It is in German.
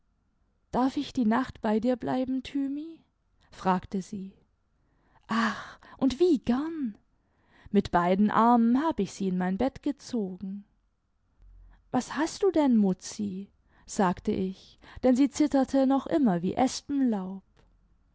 darf ich die nacht bei dir bleiben thymi fragte sie ach und wie geml mit beiden armen hab ich sie in mein bett gezogen was hast du denn mutzi sagte ich denn sie zitterte noch immer wie espenlaub